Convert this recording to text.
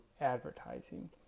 advertising